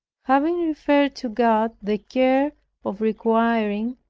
having referred to god the care of requiring,